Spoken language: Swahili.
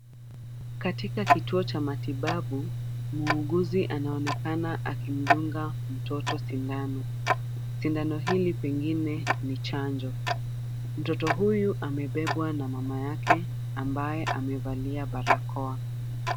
Katika kituo cha matibabu, muunguzi anaonekana akimdunga mtoto sindano, sindano hili pengine ni chanjo, mtoto huyu amebebwa na mama yake ambaye amevalia barakoa.